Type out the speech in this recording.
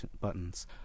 buttons